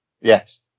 Yes